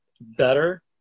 better